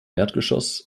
erdgeschoss